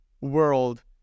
world